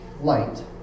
light